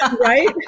Right